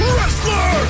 wrestler